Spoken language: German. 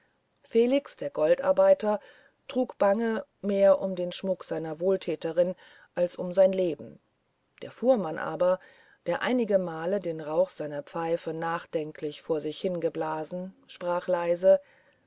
felix der goldarbeiter trug bange mehr um den schmuck seiner wohltäterin als um sein leben der fuhrmann aber der einigemal den rauch seiner pfeife nachdenklich vor sich hin geblasen sprach leise